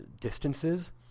distances